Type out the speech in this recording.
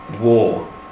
War